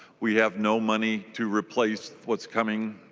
we have no money to replace what's coming